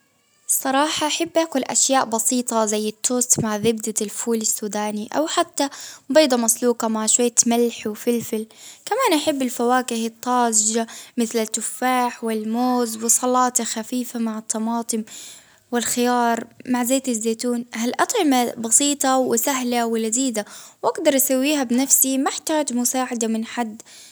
الصراحة أحب آكل أشياء بسيطة، زي التوت مع زبدة الفول السوداني، أو حتي بيضة مسلوقة مع شوية ملح وفلفل، كمان أحب الفواكه الطازجة، مثل التفاح، والموز والسلاطة الخفيفة مع الطماطم والخيار مع زيت الزيتون، هالأطعمة بسيطة وسهلة، ولذيذة وأقدر أسويها بنفسي، ما أحتاج مساعدة من حد.